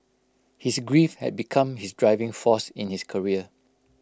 his grief had become his driving force in his career